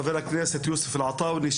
חבר הכנסת יוסף אלעטאונה,